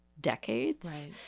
decades